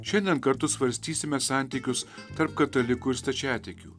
šiandien kartu svarstysime santykius tarp katalikų ir stačiatikių